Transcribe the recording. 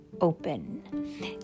open